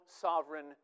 sovereign